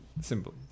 Simple